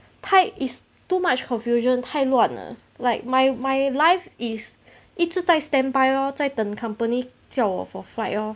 太 is too much confusion 太乱了 like my my life is 一直在 standby oh 在等 company 叫我 for flight lor